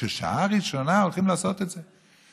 ששעה ראשונה הולכים לעשות את זה.